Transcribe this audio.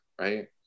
right